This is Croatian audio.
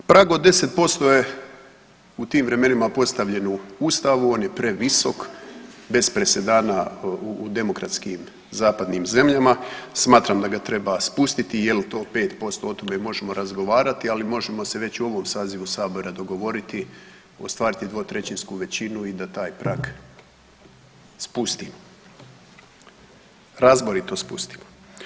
Prag od 10% je u tim vremenima postavljen u Ustavu, on je previsok, bez presedana u demokratskim zapadnim zemljama, smatram da ga treba spustiti, je li to 5%, o tome možemo razgovarati ali možemo se već u ovom sazivu Sabora dogovoriti, ostvariti dvotrećinsku većinu i da taj prag spustimo, razborito spustimo.